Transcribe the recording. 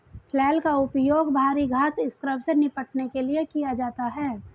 flail का उपयोग भारी घास स्क्रब से निपटने के लिए किया जाता है